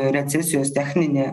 recesijos techninė